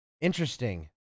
Interesting